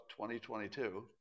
2022